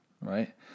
right